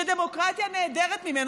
שדמוקרטיה נעדרת ממנו,